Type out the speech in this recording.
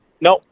Nope